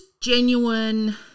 genuine